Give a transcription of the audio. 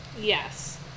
Yes